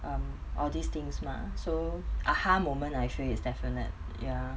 um all these things mah so ah ha moment I feel is definite ya